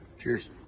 Cheers